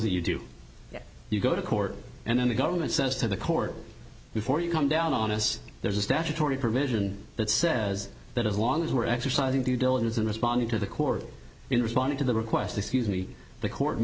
that you do you go to court and then the government says to the court before you come down on us there's a statutory provision that says that as long as we're exercising due diligence in responding to the court in responding to the request excuse me the court